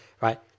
right